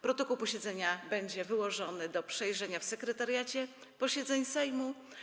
Protokół posiedzenia będzie wyłożony do przejrzenia w Sekretariacie Posiedzeń Sejmu.